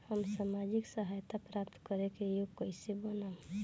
हम सामाजिक सहायता प्राप्त करे के योग्य कइसे बनब?